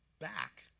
back